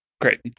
great